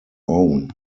own